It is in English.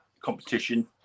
competition